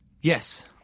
Yes